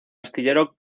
astillero